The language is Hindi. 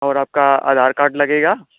और आपका आधार कार्ड लगेगा